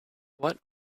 what